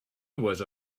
was